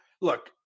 Look